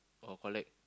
or collect